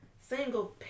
single